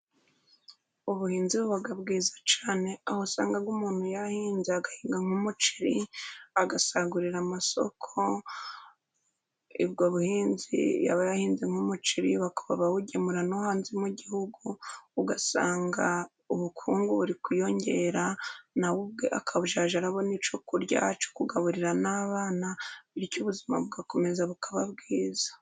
Ubuhinzi buba bwiza cyane aho usanga umuntu yahinze agahinga umuceri agasagurira amasoko. Ubwo buhinzi, yaba yahinze nk'umuceri bakaba bugemura no hanze mu Gihugu, ugasanga ubukungu buri kwiyongera, nawe ubwe akajya abona icyo kurya, icyo kugaburira n'abana, bityo ubuzima bugakomeza bukaba bwiza.